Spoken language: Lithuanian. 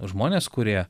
žmonės kurie